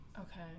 okay